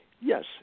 Yes